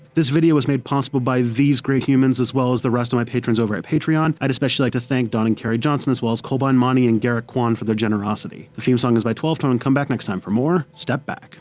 this video was made possible by these great humans, as well as the rest of my patrons over at patreon. i'd especially like to thank don and kerry johnson as well as kolbeinn mani and garrick kwan for their generosity. the theme song is by twelve tone and come back next time for more step back.